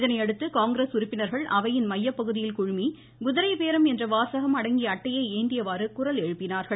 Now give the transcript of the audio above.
இதனையடுத்து காங்கிரஸ் உறுப்பினர்கள் அவையின் மையப்பகுதியில் குழுமி குதிரை பேரம் என்ற வாசகம் அடங்கிய அட்டையை ஏந்தியவாறு குரல் எழுப்பினார்கள்